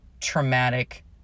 traumatic